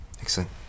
Excellent